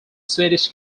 swedish